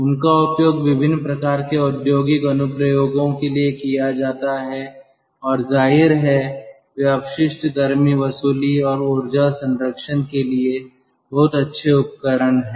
उनका उपयोग विभिन्न प्रकार के औद्योगिक अनुप्रयोगों के लिए किया जाता है और जाहिर है वे अपशिष्ट गर्मी वसूली और ऊर्जा संरक्षण के लिए बहुत अच्छे उपकरण हैं